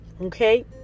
Okay